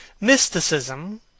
mysticism